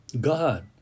God